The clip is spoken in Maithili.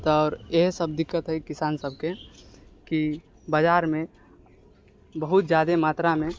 तऽ इहे सभ दिक्कत हय किसान सभके कि बजारमे बहुत जादे मात्रामे